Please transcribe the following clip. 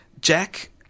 Jack